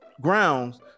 grounds